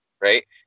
Right